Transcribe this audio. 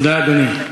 תודה, אדוני.